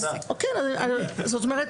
זאת אומרת,